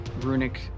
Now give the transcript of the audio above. runic